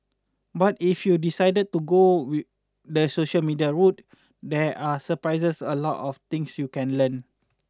but if you decided to go we the social media route there are surprisingly a lot of things you can learn